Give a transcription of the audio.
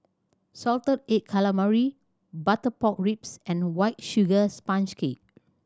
salted egg calamari butter pork ribs and White Sugar Sponge Cake